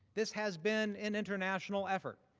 this has been an international effort.